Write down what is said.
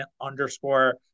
underscore